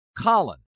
Colin